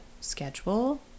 schedule